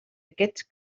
aquests